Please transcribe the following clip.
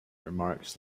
remarks